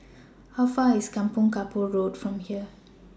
How Far away IS Kampong Kapor Road from here